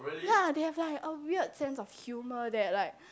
ya they have like a weird sense of humor that like